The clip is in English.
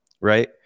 right